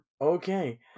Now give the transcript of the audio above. Okay